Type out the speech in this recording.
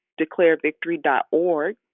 DeclareVictory.org